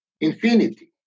infinity